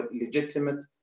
legitimate